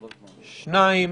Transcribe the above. שניים.